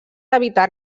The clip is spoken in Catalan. evitar